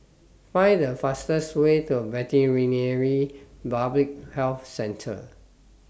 Find The fastest Way to Veterinary Public Health Centre